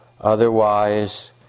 otherwise